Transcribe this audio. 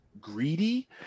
greedy